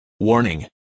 Warning